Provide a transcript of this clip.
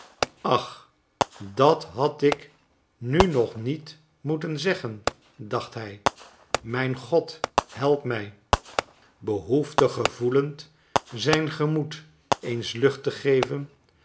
ach dat had ik nu nog niet moeten zeggen dacht hij mijn god help mij behoefte gevoelend zijn gemoed eens lucht te geven